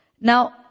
Now